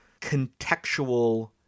contextual